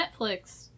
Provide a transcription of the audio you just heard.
Netflix